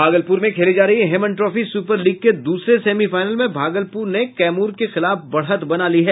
भागलपुर में खेली जा रही हेमन ट्रॉफी सुपर लीग के दूसरे सेमीफाईनल में भागलपुर ने कैमूर के खिलाफ बढ़त बना ली है